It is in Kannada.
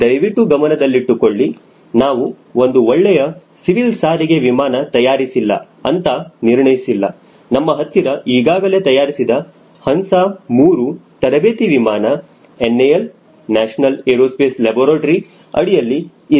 ದಯವಿಟ್ಟು ಗಮನದಲ್ಲಿಟ್ಟುಕೊಳ್ಳಿ ನಾವು ಒಂದು ಒಳ್ಳೆಯ ಸಿವಿಲ್ ಸಾರಿಗೆ ವಿಮಾನ ತಯಾರಿಸಿಲ್ಲ ಅಂತ ನಿರ್ಣಯಿಸಿಲ್ಲ ನಮ್ಮ ಹತ್ತಿರ ಈಗಾಗಲೇ ತಯಾರಿಸಿದ HANSA 3 ತರಬೇತಿ ವಿಮಾನ NAL ನ್ಯಾಷನಲ್ ಏರೋಸ್ಪೇಸ್ ಲ್ಯಾಬೋರೇಟರಿ ಅಡಿಯಲ್ಲಿ ಇದೆ